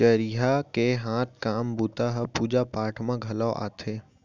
चरिहा के हाथ काम बूता ह पूजा पाठ म घलौ आथे